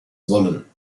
wollen